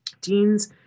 teens